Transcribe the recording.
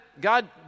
God